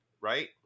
right